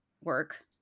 work